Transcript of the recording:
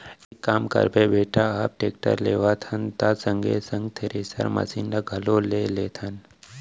एक काम करबे बेटा अब टेक्टर लेवत हन त संगे संग थेरेसर मसीन ल घलौ ले लेथन